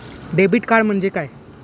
Debit card म्हणजे काय?